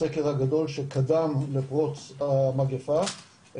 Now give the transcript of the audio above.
הסקר הגדול שקדם לפרוץ המגפה,